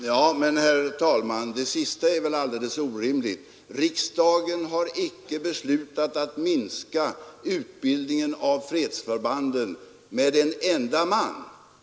Herr talman! Det sista som herr Björck i Nässjö sade är väl alldeles orimligt. Riksdagen har icke beslutat att minska utbildningen av fredsförbanden med en enda man.